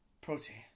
Protein